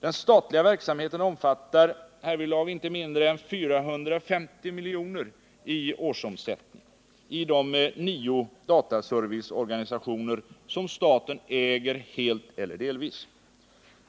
Den statliga verksamheten omfattar härvidlag inte mindre än 450 milj.kr. i årsomsättning i de nio dataserviceorganisationer som staten äger helt eller delvis.